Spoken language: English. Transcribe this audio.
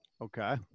Okay